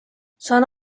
saan